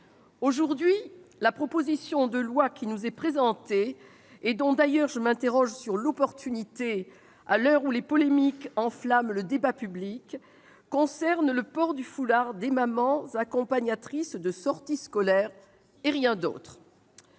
Aujourd'hui, la proposition de loi qui nous est présentée- je m'interroge d'ailleurs sur son opportunité, à l'heure où les polémiques enflamment le débat public -concerne le port du foulard des mamans accompagnatrices de sorties scolaires, et rien d'autre